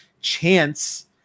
chance